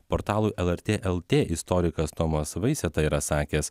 portalui lrt lt istorikas tomas vaiseta yra sakęs